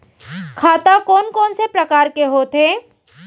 खाता कोन कोन से परकार के होथे?